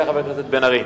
חבר הכנסת בן-ארי,